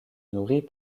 nourrit